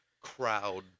crowd